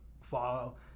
follow